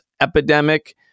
epidemic